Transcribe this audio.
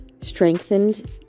strengthened